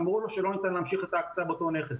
אמרו לו שלא ניתן להמשיך את ההקצאה באותו נכס.